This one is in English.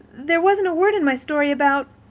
there wasn't a word in my story about